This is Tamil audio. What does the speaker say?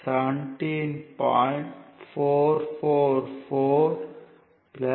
எனவே Rab 17